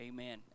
Amen